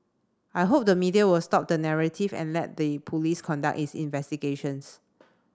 I hope the media will stop the narrative and let the police conduct its investigations